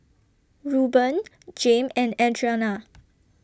Reuben Jame and Adriana